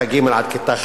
עד ט'.